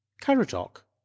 Caradoc